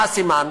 מה הסימן?